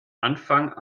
anfang